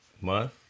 month